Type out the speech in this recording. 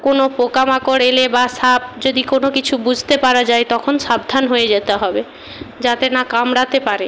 কোনো পোকামাকড় এলে বা সাপ যদি কোনো কিছু বুসতে পারা যায় তখন সাবধান হয়ে যেতে হবে যাতে না কামড়াতে পারে